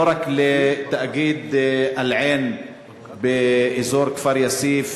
לא רק לתאגיד אל-עין באזור כפר-יאסיף,